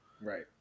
Right